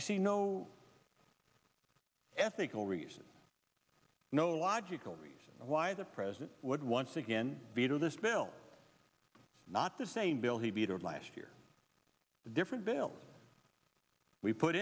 i see no ethical reason no logical reason why the president would once again veto this bill not the same bill he vetoed last year the different bill we put